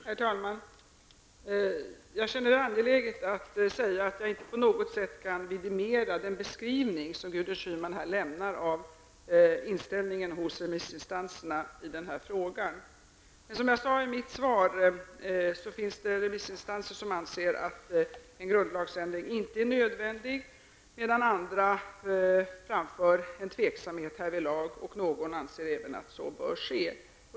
Herr talman! Jag känner det angeläget att säga att jag inte på något sätt kan vidimera den beskrivning som Gudrun Schyman här lämnar av remissinstansernas inställning i frågan. Som jag sade i mitt svar finns det remissinstanser som anser att en grundlagsändring inte är nödvändig, medan andra framför en tveksamhet härvidlag och någon även anser att en grundlagsändring bör ske.